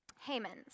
Haman's